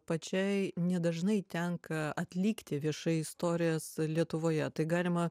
pačiai nedažnai tenka atlikti viešai istorijas lietuvoje tai galima